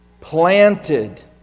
planted